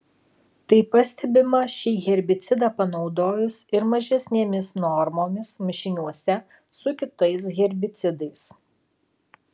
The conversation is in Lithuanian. tai pastebima šį herbicidą panaudojus ir mažesnėmis normomis mišiniuose su kitais herbicidais